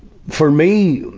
for me,